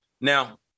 Now